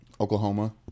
Oklahoma